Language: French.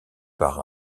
par